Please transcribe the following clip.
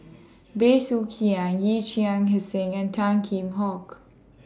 Bey Soo Khiang Yee Chia Hsing and Tan Kheam Hock